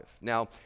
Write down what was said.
Now